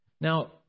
Now